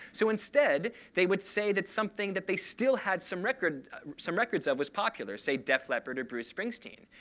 so instead, they would say that something that they still had some records some records of was popular say, def leppard or bruce springsteen.